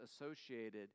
associated